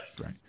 Right